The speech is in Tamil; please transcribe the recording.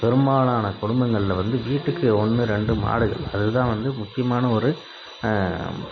பெரும்பாலான குடும்பங்களில் வந்து வீட்டுக்கு ஒன்று ரெண்டு மாடுகள் அது தான் வந்து முக்கியமான ஒரு